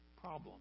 problem